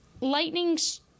Lightning's